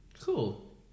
Cool